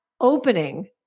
opening